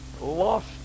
lost